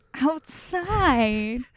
outside